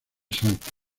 salta